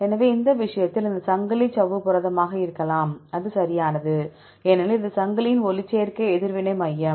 எனவே இந்த விஷயத்தில் இந்த சங்கிலி சவ்வு புரதமாக இருக்கலாம் அது சரியானது ஏனெனில் இது சங்கிலியின் ஒளிச்சேர்க்கை எதிர்வினை மையம்